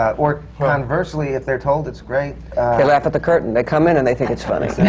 or conversely, if they're told it's great they laugh at the curtain. they come in and they think it's funny.